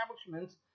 establishments